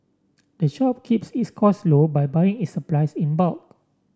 the shop keeps its costs low by buying its supplies in bulk